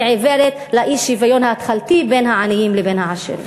היא עיוורת לאי-שוויון ההתחלתי בין העניים לעשירים.